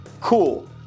cool